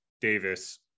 Davis